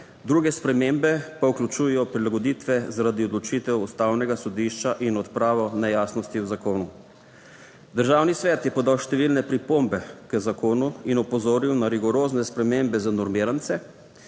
druge spremembe pa vključujejo prilagoditve zaradi odločitev ustavnega sodišča in odpravo nejasnosti v zakonu. Državni svet je podal številne pripombe k zakonu in opozoril na rigorozne spremembe za normirance,